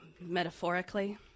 metaphorically